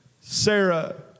Sarah